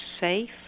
safe